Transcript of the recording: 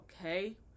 okay